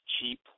cheap